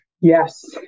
yes